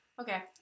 Okay